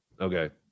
Okay